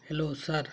hello sir